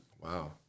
wow